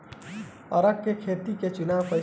अरहर के खेत के चुनाव कईसे करी?